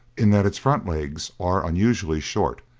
in that its front legs are unusually short,